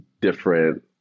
Different